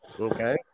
Okay